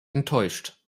enttäuscht